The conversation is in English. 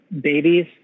babies